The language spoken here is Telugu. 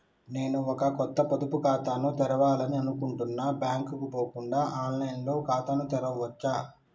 నేను ఒక కొత్త పొదుపు ఖాతాను తెరవాలని అనుకుంటున్నా బ్యాంక్ కు పోకుండా ఆన్ లైన్ లో ఖాతాను తెరవవచ్చా?